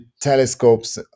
telescopes